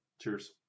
Cheers